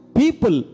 people